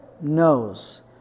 knows